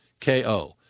KO